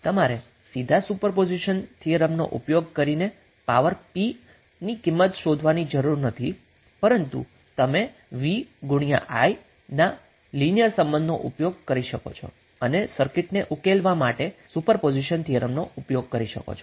તેથી તમારે સીધા સુપરપોઝિશન થિયરમનો ઉપયોગ કરીને પાવર p ની કિંમત શોધવાની જરૂર નથી પરંતુ તમે VI ના લિનિયર સંબંધનો ઉપયોગ કરી શકો છો અને સર્કિટને ઉકેલવા માટે સુપરપોઝિશન થિયરમનો ઉપયોગ કરી શકો છો